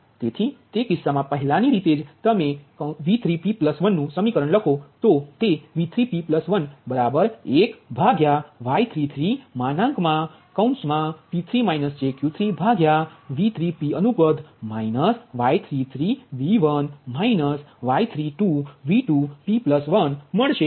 તેથી તે કિસ્સામાં પહેલાની રીતે જ તમે V3p1 નુ સમીકરણ લખો તો તે V3p1 બરાબર 1 ભાગ્યા Y33માનાંક મા ભાગ્યા V3p માઇનસY33V1માઇનસ Y32V2p1 મળશે